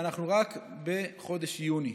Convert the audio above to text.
ואנחנו רק בחודש יוני.